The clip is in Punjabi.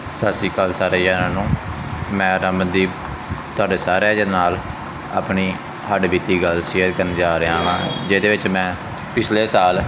ਸਤਿ ਸ਼੍ਰੀ ਅਕਾਲ ਸਾਰੇ ਜਣਿਆਂ ਨੂੰ ਮੈਂ ਰਮਨਦੀਪ ਤੁਹਾਡੇ ਸਾਰਿਆਂ ਦੇ ਨਾਲ ਆਪਣੀ ਹੱਡਬੀਤੀ ਗੱਲ ਸ਼ੇਅਰ ਕਰਨ ਜਾ ਰਿਹਾ ਹਾਂ ਜਿਹਦੇ ਵਿੱਚ ਮੈਂ ਪਿਛਲੇ ਸਾਲ